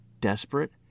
desperate